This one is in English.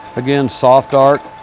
again, soft arc.